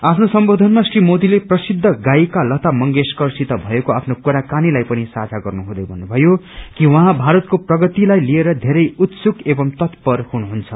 आफ्नो सम्बोधनमा श्री मोदीले प्रसिद्ध गायिका लगा मंगेशकरसित भएको आफ्नो कुराक्रनीलाई पनि साझा गर्नुहुँदै भन्नुभयो कि उझँ भारतको प्रगतिलाई लिएर बेरै उत्सुक एवं तत्पर हुनुहुन्छ